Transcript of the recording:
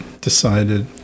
decided